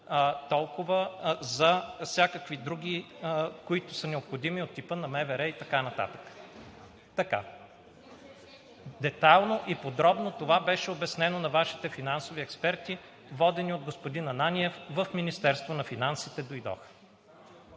толкова за всякакви други, които са необходими от типа на МВР, и така нататък. Детайлно и подробно това беше обяснено на Вашите финансови експерти, водени от господин Ананиев в Министерството на финансите.